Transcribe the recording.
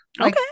Okay